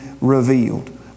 revealed